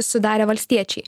sudarė valstiečiai